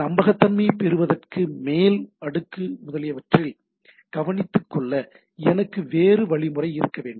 நம்பகத்தன்மையைப் பெறுவதற்கு மேல் அடுக்கு முதலியவற்றில் கவனித்துக் கொள்ள எனக்கு வேறு வழிமுறை இருக்க வேண்டும்